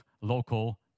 local